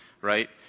right